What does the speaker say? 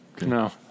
No